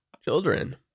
children